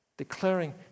Declaring